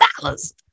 dollars